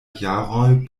jaroj